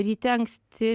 ryte anksti